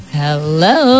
hello